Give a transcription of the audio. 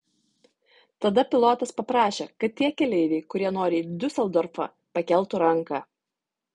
tada pilotas paprašė kad tie keleiviai kurie nori į diuseldorfą pakeltų ranką